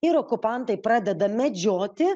ir okupantai pradeda medžioti